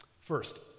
First